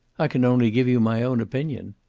i can only give you my own opinion.